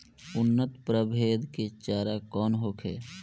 उन्नत प्रभेद के चारा कौन होखे?